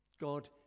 God